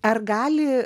ar gali